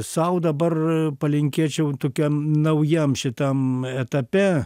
sau dabar palinkėčiau tokiam naujam šitam etape